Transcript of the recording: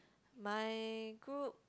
my group